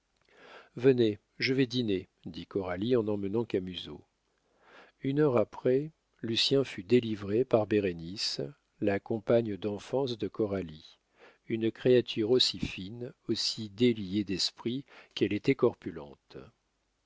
venez je vais dîner dit coralie en emmenant camusot une heure après lucien fut délivré par bérénice la compagne d'enfance de coralie une créature aussi fine aussi déliée d'esprit qu'elle était corpulente